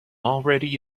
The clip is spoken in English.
already